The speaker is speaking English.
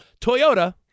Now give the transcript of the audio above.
Toyota